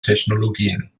technologien